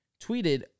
tweeted